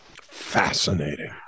Fascinating